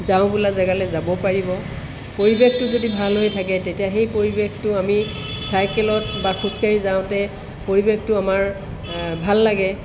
যাওঁ বোলা জেগালে যাব পাৰিব পৰিৱেশটো যদি ভাল হৈ থাকে তেতিয়া সেই পৰিৱেশটো আমি চাইকেলত বা খোজকাঢ়ি যাওঁতে পৰিৱেশটো আমাৰ ভাল লাগে